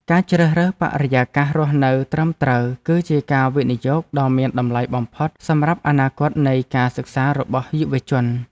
ការជ្រើសរើសបរិយាកាសរស់នៅត្រឹមត្រូវគឺជាការវិនិយោគដ៏មានតម្លៃបំផុតសម្រាប់អនាគតនៃការសិក្សារបស់យុវជន។